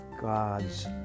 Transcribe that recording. God's